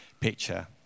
picture